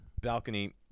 balcony